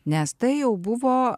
nes tai jau buvo